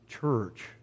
Church